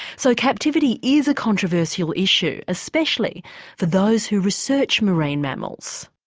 so captivity is a controversial issue, especially for those who research marine mammals.